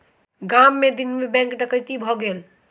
गाम मे दिन मे बैंक डकैती भ गेलै